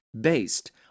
based